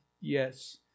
yes